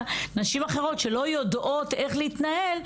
נשים אחרות שלא יודעות איך להתנהל,